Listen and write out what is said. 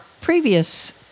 previous